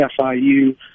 FIU